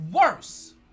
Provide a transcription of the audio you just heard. worse